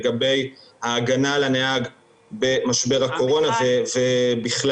לגבי ההגנה על הנהג במשבר הקורונה ובכלל.